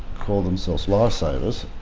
call themselves lifesavers.